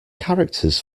characters